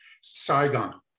Saigon